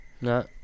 No